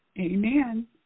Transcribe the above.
Amen